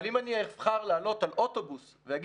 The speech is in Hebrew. אבל אם אני אבחר לעלות על אוטובוס ואגיד,